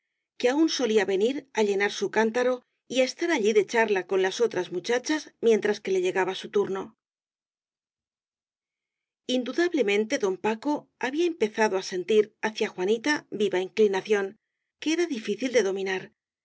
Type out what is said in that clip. que aun solía venir á llenar su cántaro y á estar allí de charla con las otras muchachas mientras que le lle gaba su turno indudablemente don paco había empezado á sentir hacia juanita viva inclinación que era difí cil de dominar